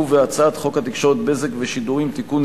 ובהצעת חוק התקשורת (בזק ושידורים) (תיקון,